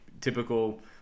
typical